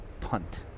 punt